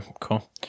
cool